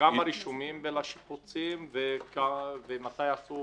גם בשיפוצים ומתי עשו